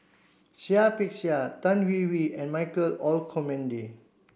Seah Peck Seah Tan Hwee Hwee and Michael Olcomendy